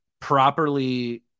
properly